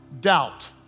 doubt